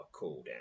cooldown